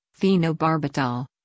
phenobarbital